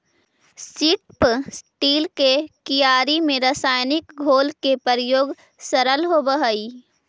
strip till के क्यारि में रसायनिक घोल के प्रयोग सरल होवऽ हई